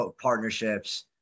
partnerships